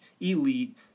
elite